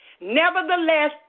Nevertheless